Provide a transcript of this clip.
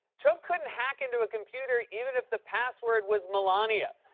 trump couldn't hack into a computer even if the password was melania.